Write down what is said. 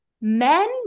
Men